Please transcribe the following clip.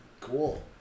Cool